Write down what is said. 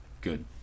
good